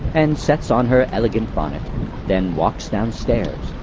and sets on her elegant bonnet then walks downstairs,